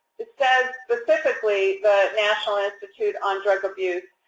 says specifically, the national institute on drug abuse,